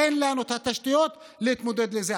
אין לנו תשתיות להתמודד עם זה.